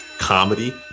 comedy